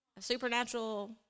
Supernatural